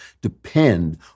depend